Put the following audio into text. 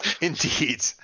Indeed